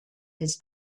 his